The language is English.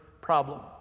problem